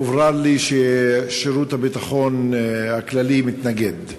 הוברר לי ששירות הביטחון הכללי מתנגד.